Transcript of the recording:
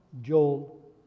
Joel